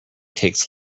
takes